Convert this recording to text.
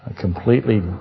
completely